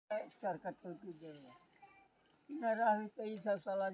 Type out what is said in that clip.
पारस्परिक बचत बैंक मे जे लाभ या हानि होइ छै, से सब सदस्यक बीच साझा कैल जाइ छै